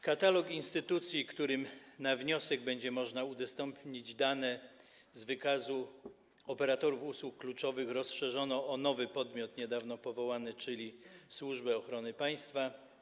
Katalog instytucji, którym na wniosek będzie można udostępnić dane z wykazu operatorów usług kluczowych, rozszerzono o nowy podmiot niedawno powołany, czyli Służbę Ochrony Państwa.